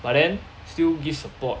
but then still give support